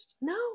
No